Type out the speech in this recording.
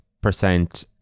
percent